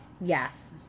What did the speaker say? Yes